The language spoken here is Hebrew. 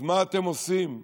אז מה אתם עושים?